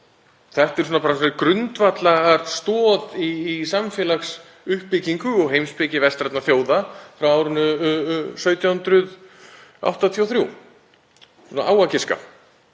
Þetta er bara grundvallarstoð í samfélagsuppbyggingu og heimspeki vestrænna þjóða frá árinu 1783, á að giska.